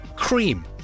CREAM